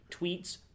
tweets